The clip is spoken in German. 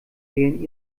wählen